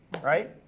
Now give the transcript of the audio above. right